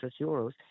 euros